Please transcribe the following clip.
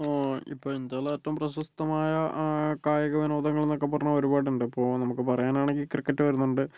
ഇപ്പോൾ ഇപ്പോൾ ഇന്ത്യയിലെ ഏറ്റവും പ്രശസ്തമായ കായിക വിനോദങ്ങൾ എന്നൊക്കെ പറഞ്ഞാ ഒരുപാടുണ്ട് ഇപ്പോൾ നമുക്ക് പറയാനാണെങ്കിൽ ക്രിക്കറ്റ് വരുന്നുണ്ട്